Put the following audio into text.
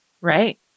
right